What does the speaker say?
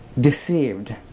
deceived